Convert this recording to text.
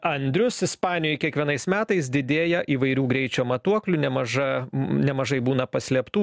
andrius ispanijoj kiekvienais metais didėja įvairių greičio matuoklių nemaža nemažai būna paslėptų